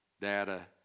data